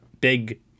big